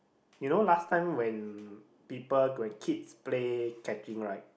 you know last time when people when kids play catching right